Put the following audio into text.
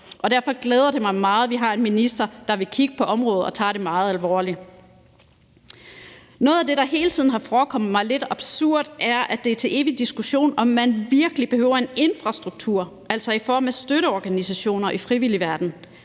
Derfor glæder det mig meget, at vi har en minister, der vil kigge på området og tager det meget alvorligt. Noget af det, der hele tiden har forekommet mig lidt absurd, er, at det er til evig diskussion, om man virkelig behøver en infrastruktur, altså i form af støtteorganisationer i frivilligverdenen.